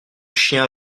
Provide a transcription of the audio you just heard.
chien